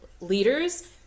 leaders